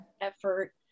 effort